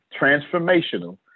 transformational